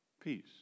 peace